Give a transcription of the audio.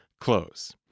close